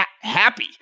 happy